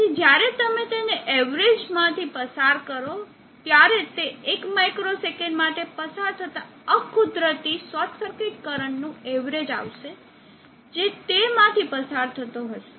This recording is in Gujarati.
તેથી જ્યારે તમે તેને એવરેજ માંથી પસાર કરો ત્યારે તે એક માઇક્રો સેકન્ડ માટે પસાર થતા અકુદરતી શોર્ટ સર્કિટ કરંટ નું એવરેજ આવશે જે તે માંથી પસાર થતો હશે